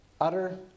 utter